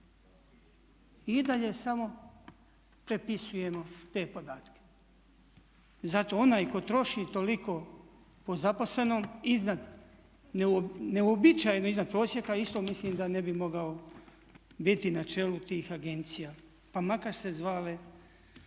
I dalje samo prepisujemo te podatke. Zato onaj tko troši toliko po zaposlenom neuobičajeno iznad prosjeka isto mislim da ne bi mogao biti na čelu tih agencija pa makar se zvale,